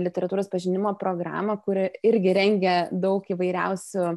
literatūros pažinimo programą kuri irgi rengia daug įvairiausių